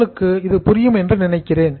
உங்களுக்கு புரிகிறதா